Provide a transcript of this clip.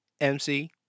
MC